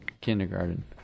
Kindergarten